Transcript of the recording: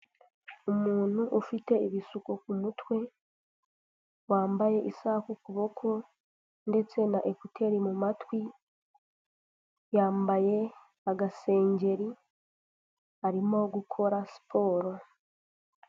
Umuntu ufite ibisuko ku mutwe, wambaye isaha ku kuboko ndetse na ekuteri mu matwi, yambaye agasengeri arimo gukora siporo.